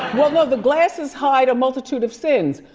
well, no, the glasses hide a multitude of sins.